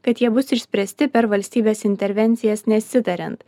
kad jie bus išspręsti per valstybės intervencijas nesitariant